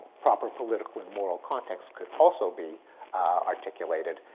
proper political and moral context could also be articulated,